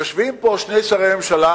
יושבים פה שני שרי ממשלה,